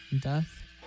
death